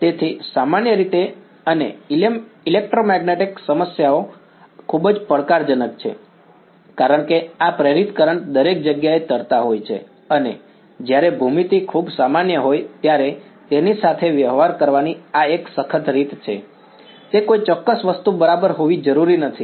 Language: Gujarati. તેથી સામાન્ય રીતે અને ઇલેક્ટ્રોમેગ્નેટિક સમસ્યાઓ ખૂબ જ પડકારજનક છે કારણ કે આ પ્રેરિત કરંટ દરેક જગ્યાએ તરતા હોય છે અને જ્યારે ભૂમિતિ ખૂબ સામાન્ય હોય ત્યારે તેની સાથે વ્યવહાર કરવાની આ એક સખત રીત છે તે કોઈ ચોક્કસ વસ્તુ બરાબર હોવી જરૂરી નથી